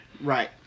Right